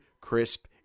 crisp